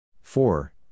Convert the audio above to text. four